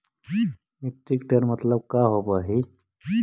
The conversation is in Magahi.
मीट्रिक टन मतलब का होव हइ?